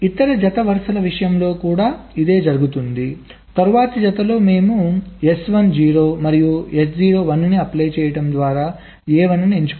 కాబట్టి ఇతర జత వరుసల విషయంలో కూడా ఇదే జరుగుతోంది తరువాతి జతలో మేము S1 0 మరియు S0 1 ని అప్లై చేయడం ద్వారా A1 ని ఎంచుకుంటున్నాము